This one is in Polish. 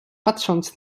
patrząc